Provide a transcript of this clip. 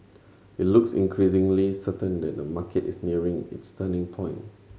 it looks increasingly certain that the market is nearing its turning point